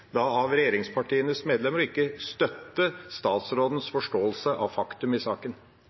av regjeringspartienes medlemmer ikke å støtte statsrådens forståelse av faktum i saken?